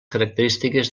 característiques